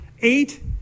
eight